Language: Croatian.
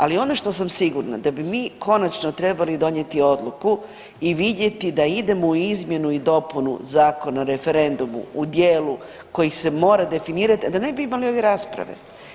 Ali ono što sam sigurna da bi mi konačno trebali donijeti odluku i vidjeti da idemo u izmjenu i dopunu Zakona o referendumu u dijelu kojih se mora definirati da ne bi imali ovdje rasprave.